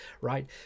right